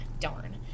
Darn